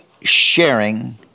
sharing